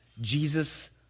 Jesus